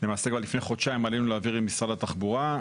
למעשה כבר לפני חודשיים עלינו לאוויר עם משרד התחבורה.